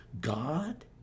God